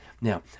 Now